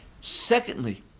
Secondly